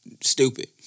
Stupid